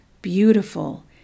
beautiful